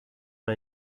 why